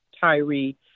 Tyree